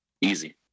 easy